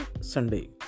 Sunday